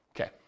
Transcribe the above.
Okay